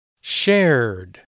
Shared